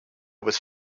was